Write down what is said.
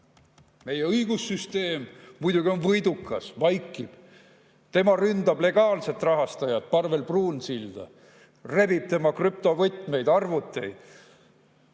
õigussüsteem muidugi on võidukas, vaikib. Tema ründab legaalset rahastajat, Parvel Pruunsilda, rebib tema krüptovõtmeid ja arvuteid.